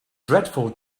dreadful